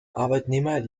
arbeitnehmer